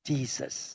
Jesus